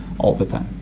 all the time.